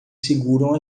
seguram